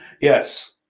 Yes